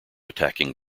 attacking